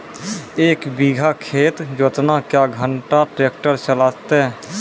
एक बीघा खेत जोतना क्या घंटा ट्रैक्टर चलते?